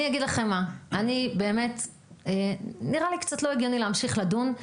אני אגיד לכם מה: נראה לי קצת לא הגיוני להמשיך לדון,